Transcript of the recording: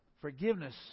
forgiveness